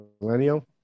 millennial